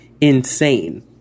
insane